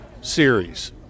series